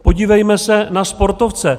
Podívejme se na sportovce.